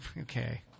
Okay